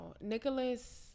nicholas